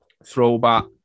Throwback